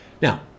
Now